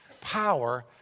power